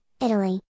Italy